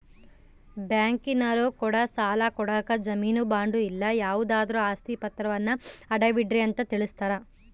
ಬ್ಯಾಂಕಿನರೊ ಕೂಡ ಸಾಲ ಕೊಡಕ ಜಾಮೀನು ಬಾಂಡು ಇಲ್ಲ ಯಾವುದಾದ್ರು ಆಸ್ತಿ ಪಾತ್ರವನ್ನ ಅಡವಿಡ್ರಿ ಅಂತ ತಿಳಿಸ್ತಾರ